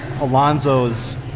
Alonzo's